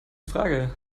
frage